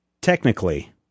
technically